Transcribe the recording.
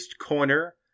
corner